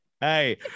Hey